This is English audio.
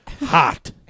hot